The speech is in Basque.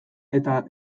eta